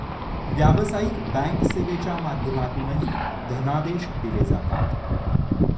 व्यावसायिक बँक सेवेच्या माध्यमातूनही धनादेश दिले जातात